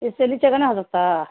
اس سلی چگنا ہواتا